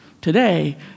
today